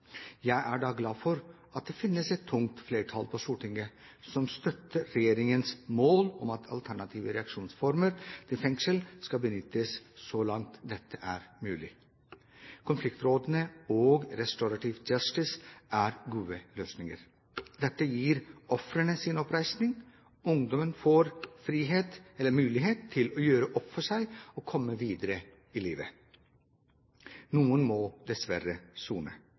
Jeg er glad for at det finnes et tungt flertall på Stortinget som støtter regjeringens mål om at alternative reaksjonsformer til fengsel skal benyttes så langt det er mulig. Konfliktrådene og «restorative justice» er gode løsninger. Dette gir ofrene oppreisning, og ungdommen får mulighet til å gjøre opp for seg og komme videre i livet. Noen må dessverre sone.